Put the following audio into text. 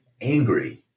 angry